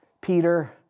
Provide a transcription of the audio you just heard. Peter